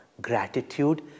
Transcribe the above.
gratitude